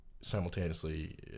simultaneously